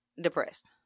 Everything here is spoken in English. depressed